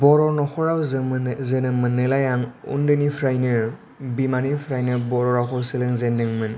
बर' न'खराव जोनोम मोननायलाय आं उन्दैनिफ्रायनो बिमानिफ्रायनो बर' रावखौ सोलोंजेन्दोंमोन